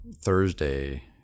Thursday